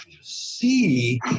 see